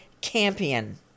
Campion